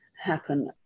happen